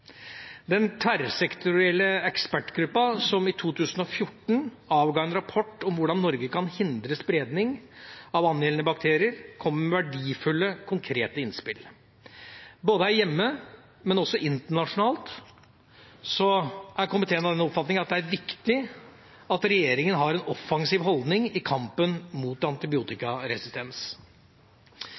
Den tverrsektorielle ekspertgruppa som i 2014 avga en rapport om hvordan Norge kan hindre spredning av angjeldende bakterier, kom med verdifulle konkrete innspill. Komiteen er av den oppfatning at det er viktig at regjeringa både her hjemme og internasjonalt har en offensiv holdning i kampen mot antibiotikaresistens.